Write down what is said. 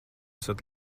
esat